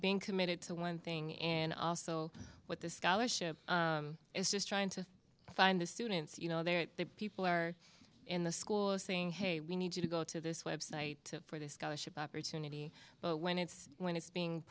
being committed to one thing and also what the scholarship is just trying to find the students you know their people are in the schools saying hey we need to go to this website for this scholarship opportunity but when it's when it's being